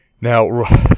Now